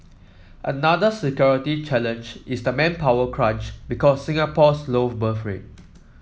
another security challenge is the manpower crunch because Singapore's low birth rate